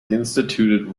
instituted